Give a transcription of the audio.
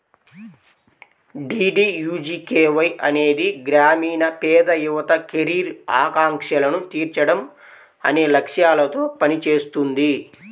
DDUGKY అనేది గ్రామీణ పేద యువత కెరీర్ ఆకాంక్షలను తీర్చడం అనే లక్ష్యాలతో పనిచేస్తుంది